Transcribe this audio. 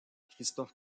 christophe